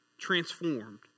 transformed